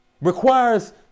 requires